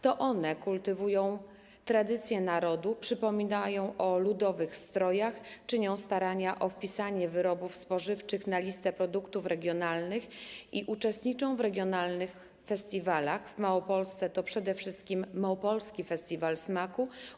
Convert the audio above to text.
To one kultywują tradycje narodu, przypominają o ludowych strojach, czynią starania o wpisanie wyrobów spożywczych na listę produktów regionalnych i uczestniczą w regionalnych festiwalach, w Małopolsce to przede wszystkim Małopolski Festiwal Smaku.